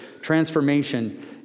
Transformation